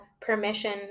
permission